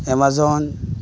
amazon